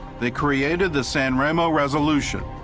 they created the san ramo resolution,